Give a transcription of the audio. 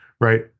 right